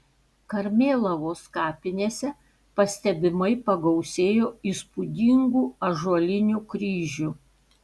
karmėlavos kapinėse pastebimai pagausėjo įspūdingų ąžuolinių kryžių